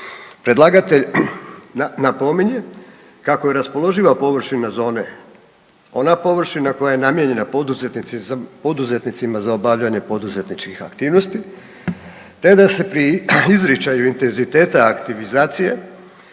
predlagatelj napominje kako je raspoloživa površina zone ona površina koja je namijenjena poduzetnicima za obavljanje poduzetničkih aktivnosti te da se pri izričaju intenziteta aktivizacije